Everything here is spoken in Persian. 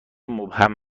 مبهم